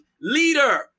leader